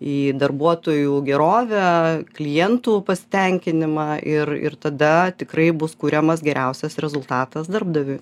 į darbuotojų gerovę klientų pasitenkinimą ir ir tada tikrai bus kuriamas geriausias rezultatas darbdaviui